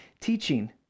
teaching